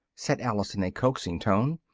said alice in a coaxing tone,